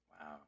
Wow